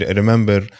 remember